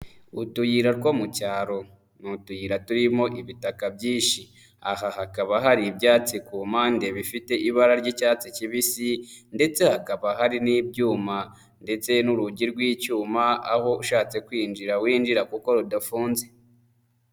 Utuyira two mu cyaro, ni utuyira turimo ibitaka byinshishi, aha hakaba hari ibyatsi ku mpande bifite ibara ry'icyatsi kibisi, ndetse hakaba hari n'ibyuma ndetse n'urugi rw'icyuma, aho ushatse kwinjira winjira kuko rudafunze.